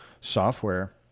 software